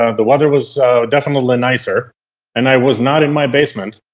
ah the weather was definitely the nicer and i was not in my basement.